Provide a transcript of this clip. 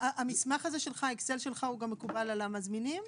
המסמך הזה שלך, האקסל שלך, מקובל גם על המזמינים?